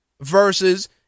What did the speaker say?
versus